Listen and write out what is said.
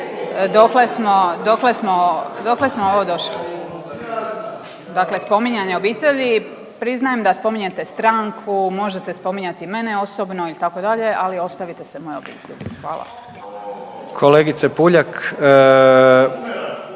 dokle smo ovo došli? Dakle spominjanje obitelji, priznajem da spominjete stranku, možete spominjati mene osobno ili tako dalje, ali ostavite se moje obitelji. Hvala. **Jandroković,